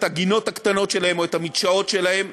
הגינות הקטנות שלהם או את המדשאות שלהם.